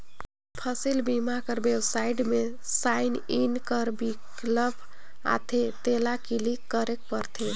फसिल बीमा कर बेबसाइट में साइन इन कर बिकल्प आथे तेला क्लिक करेक परथे